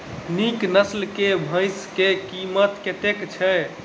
नीक नस्ल केँ भैंस केँ कीमत कतेक छै?